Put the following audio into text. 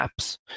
apps